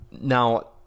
now